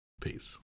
Peace